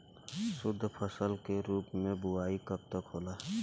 शुद्धफसल के रूप में बुआई कब तक होला?